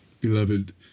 beloved